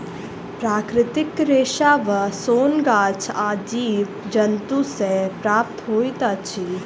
प्राकृतिक रेशा वा सोन गाछ आ जीव जन्तु सॅ प्राप्त होइत अछि